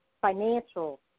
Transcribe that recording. financial